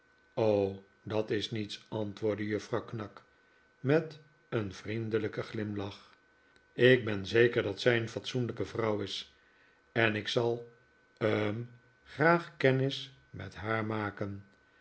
dat is niets antwoordde juffrouw knag met een vriendelijken glimlach ik ben zeker dat zij een fatsoenlijke vrouw is en ik zal hm graag kennis met haar maken